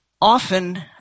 often